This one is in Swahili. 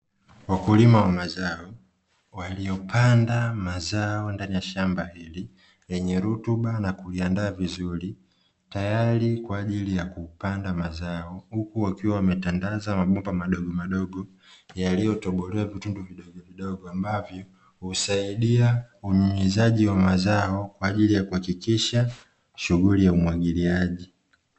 Wakulima wa mazao waliopanda mazao ndani ya shamba hili yenye rutuba na kuiandaa vizuri tayari kwa ajili ya kupanda mazao, huku wakiwa wametandaza mabomba madogo madogo yaliyotobolewa vitendo vidogo vidogo ambavyo husaidiaji wa mazao kwa ajili ya kuhakikisha shughuli ya umwagiliaji.